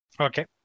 Okay